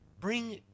bring